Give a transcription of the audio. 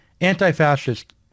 anti-fascist